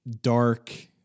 dark